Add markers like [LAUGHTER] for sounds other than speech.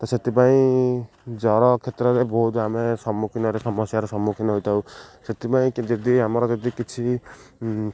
ତ ସେଥିପାଇଁ ଜର କ୍ଷେତ୍ରରେ ବହୁତ ଆମେ ସମ୍ମୁଖୀନରେ ସମସ୍ୟାର ସମ୍ମୁଖୀନ ହୋଇଥାଉ ସେଥିପାଇଁ [UNINTELLIGIBLE] ଯଦି ଆମର ଯଦି କିଛି